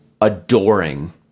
adoring